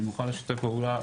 אני מוכן לשתף פעולה.